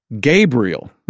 Gabriel